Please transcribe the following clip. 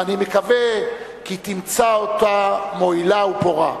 ואני מקווה כי תמצא אותו מועיל ופורה.